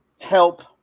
help